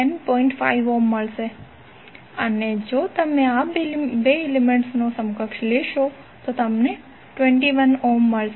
5 ohm મળશે અને જો તમે આ 2 એલિમેન્ટ્સનુ સમકક્ષ લેશો તો તમને 21 ઓહ્મ મળશે